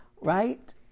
right